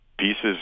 pieces